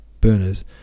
burners